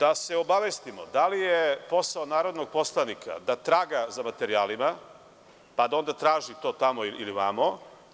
Da se obavestimo, da li je posao narodnog poslanika da traga za materijalima pa da onda to traži tamo ili ovamo.